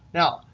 now,